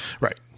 right